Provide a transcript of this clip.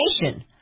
nation